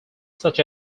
such